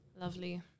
Lovely